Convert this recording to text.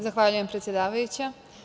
Zahvaljujem, predsedavajuća.